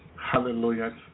Hallelujah